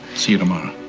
see you tomorrow.